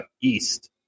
east